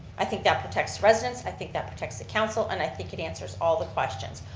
i think that protects residents, i think that protects the council, and i think it answers all the questions.